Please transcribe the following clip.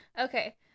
okay